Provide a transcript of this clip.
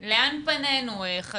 בסדר.